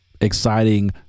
exciting